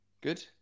Good